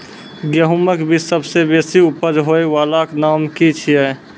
गेहूँमक बीज सबसे बेसी उपज होय वालाक नाम की छियै?